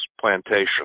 plantation